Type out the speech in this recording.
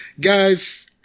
Guys